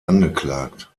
angeklagt